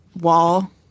wall